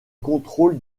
contrôle